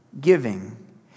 giving